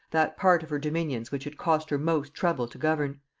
that part of her dominions which it cost her most trouble to govern,